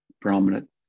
prominent